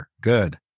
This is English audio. Good